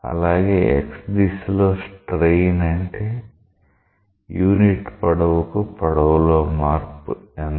అలాగే x దిశలో strain అంటే యూనిట్ పొడవు కు పొడవు లో మార్పు ఎంత